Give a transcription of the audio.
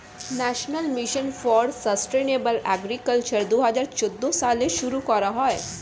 national mission for sustainable agriculture দুহাজার চৌদ্দ সালে শুরু করা হয়